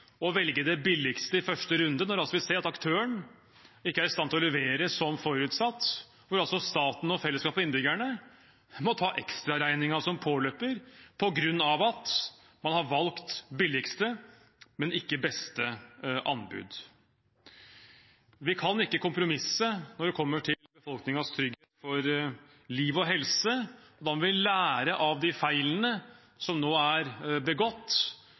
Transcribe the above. å velge det billigste i første runde, når vi ser at aktøren ikke er i stand til å levere som forutsatt, og staten, fellesskapet og innbyggerne må ta ekstraregningen som påløper på grunn av at man har valgt billigste, men ikke beste anbud. Vi kan ikke kompromisse når det kommer til befolkningens trygghet for liv og helse. Da må vi lære av de feilene som nå er begått,